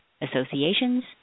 associations